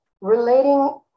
relating